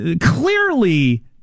Clearly